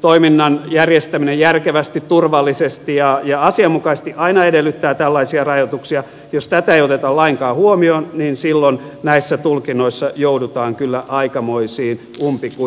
toiminnan järjestäminen järkevästi turvallisesti ja asianmukaisesti aina edellyttää tällaisia rajoituksia jos tätä ei oteta lainkaan huomioon niin silloin näissä tulkinnoissa joudutaan kyllä aikamoisiin umpikujiin